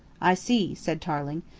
i see, said tarling.